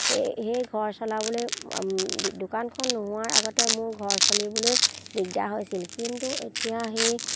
সেই সেই ঘৰ চলাবলৈ দোকানখন নোহোৱাৰ আগতে মোৰ ঘৰ চলিবলৈ দিগদাৰ হৈছিল কিন্তু এতিয়া সেই